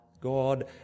God